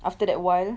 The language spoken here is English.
after that while